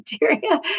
criteria